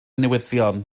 newyddion